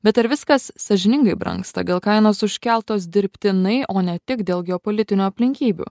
bet ar viskas sąžiningai brangsta gal kainos užkeltos dirbtinai o ne tik dėl geopolitinių aplinkybių